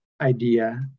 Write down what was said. idea